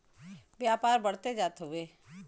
व्यापार बढ़ते जात हउवे